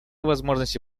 возможности